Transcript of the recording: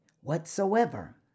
whatsoever